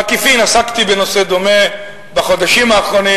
בעקיפין עסקתי בנושא דומה בחודשים האחרונים.